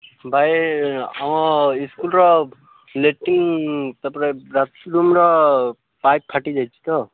ଭାଇ ହଁ ସ୍କୁଲର ଲାଟ୍ରିନ୍ ତା'ପରେ ବାଥରୁମ୍ ର ପାଇପ୍ ଫାଟି ଯାଇଛି ତ